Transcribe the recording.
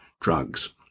drugs